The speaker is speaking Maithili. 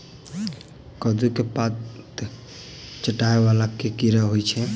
कद्दू केँ पात चाटय वला केँ कीड़ा होइ छै?